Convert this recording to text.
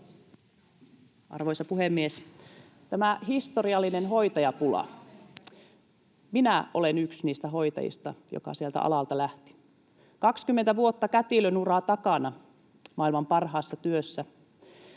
Arvoisa puhemies! Tämä historiallinen hoitajapula: Minä olen yksi niistä hoitajista, jotka sieltä alalta lähtivät. 20 vuotta oli kätilön uraa takana maailman parhaassa työssä.